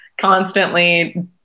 constantly